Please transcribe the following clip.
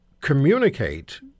communicate